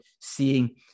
seeing